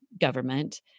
government